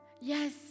Yes